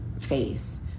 face